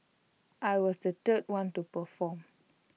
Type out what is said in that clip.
I was the third one to perform